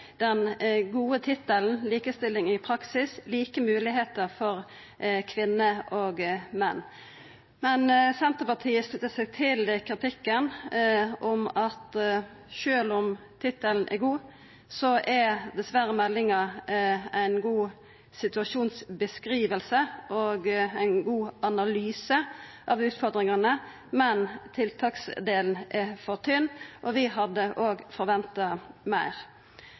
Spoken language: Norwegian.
den gode tittelen «Likestilling i praksis – Like muligheter for kvinner og menn», men Senterpartiet sluttar seg til kritikken om at sjølv om tittelen er god, er dessverre meldinga ei god situasjonsbeskriving og ein god analyse av utfordringane, men tiltaksdelen er for tynn, og vi hadde òg forventa meir.